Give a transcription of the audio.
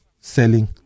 selling